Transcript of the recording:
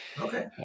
okay